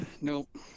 Nope